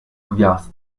gwiazd